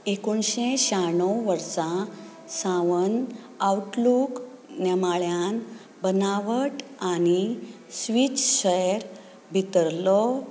एकुणशें शाण्णव वर्सा सावन आवटलूक नेमाळ्यांत बनावट आनी स्विच शहर भितरलो